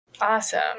Awesome